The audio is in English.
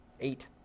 eight